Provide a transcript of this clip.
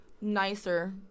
nicer